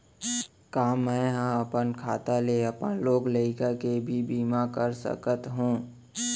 का मैं ह अपन खाता ले अपन लोग लइका के भी बीमा कर सकत हो